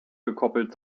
gekoppelt